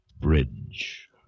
Bridge